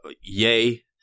yay